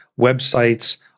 websites